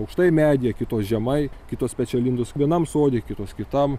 aukštai medyje kitos žemai kitos pečialindos vienam sode kitos kitam